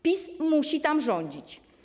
PiS musi tam rządzić.